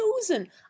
chosen